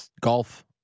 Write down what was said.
golf